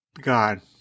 God